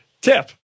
tip